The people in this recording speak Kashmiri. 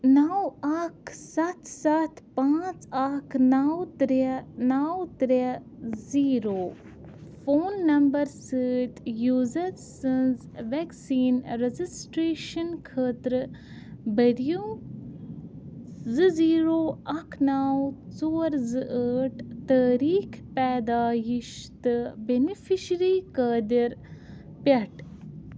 نو اکھ سَتھ سَتھ پانٛژھ اکھ نو ترٛےٚ نو ترٛےٚ زیٖرو فون نمبر سۭتۍ یوٗزر سٕنٛز وٮ۪کسیٖن رجسٹریٚشن خٲطرٕ بٔرِو زٕ زیٖرو اکھ نو ژور زٕ ٲٹھ تٲریٖخ پیدایِش تہٕ بیٚنفشری قٲدِر پٮ۪ٹھ